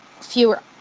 fewer –